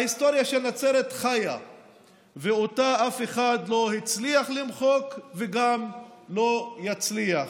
ההיסטוריה של נצרת חיה ואותה אף אחד לא הצליח למחוק וגם לא יצליח,